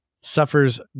suffers